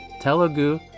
Telugu